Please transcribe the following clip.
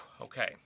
Okay